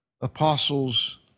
apostles